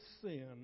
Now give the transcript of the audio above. sin